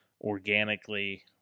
organically